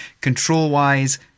control-wise